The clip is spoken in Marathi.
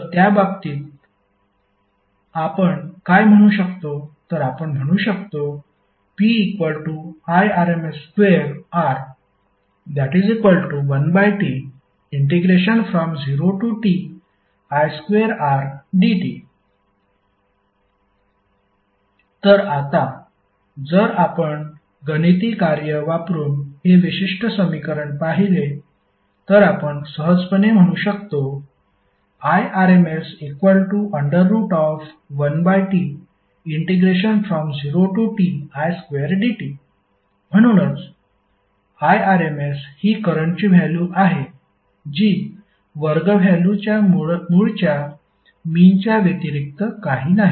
तर त्या बाबतीत आपण काय म्हणू शकतो तर आपण म्हणू शकतो PIrms2R1T0Ti2Rdt तर आता जर आपण गणिती कार्य वापरुन हे विशिष्ट समीकरण पाहिले तर आपण सहजपणे म्हणू शकतो Irms1T0Ti2dt म्हणूनच Irms हि करंटची व्हॅल्यु आहे जी वर्ग व्हॅल्युच्या मूळच्या मिनच्या व्यतिरिक्त काही नाही